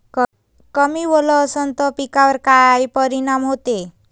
कमी ओल असनं त पिकावर काय परिनाम होते?